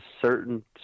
certain